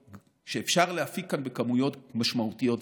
שאפשר להפיק כאן בכמויות משמעותיות וגדולות.